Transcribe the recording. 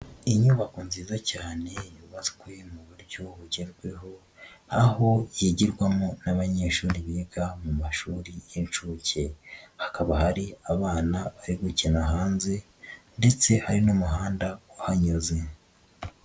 Inyubako nziza cyane yubatswe mu buryo bugezweho, aho yigirwamo n'abanyeshuri biga mu mashuri y'inshuke. Hakaba hari abana bari gukina hanze ndetse hari n'umuhanda uhanyuze.